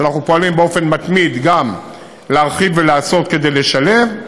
אנחנו פועלים בהתמדה להרחיב ולעשות כדי לשלב.